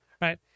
right